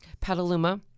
Petaluma